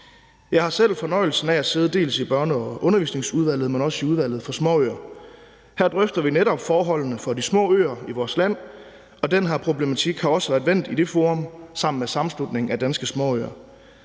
Jeg har selv fornøjelsen af at sidde dels i Børne- og undervisningsudvalget, dels i Udvalget for Småøer. Her drøfter vi netop forholdene for de små øer i vores land, og den her problematik har også været vendt i det forum sammen med Sammenslutningen af Danske Småøer.